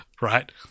right